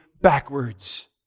backwards